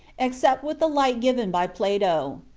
except with the light given by plato.